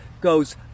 goes